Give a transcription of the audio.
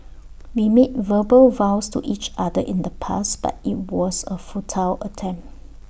we made verbal vows to each other in the past but IT was A futile attempt